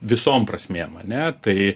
visom prasmėm ane tai